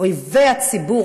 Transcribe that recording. "אויבי הציבור",